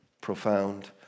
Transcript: profound